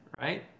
right